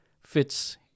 fits